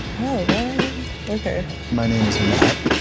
oh, what? okay. my name is matt.